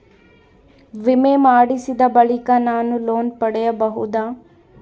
ವಿಮೆ ಮಾಡಿಸಿದ ಬಳಿಕ ನಾನು ಲೋನ್ ಪಡೆಯಬಹುದಾ?